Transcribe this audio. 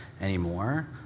anymore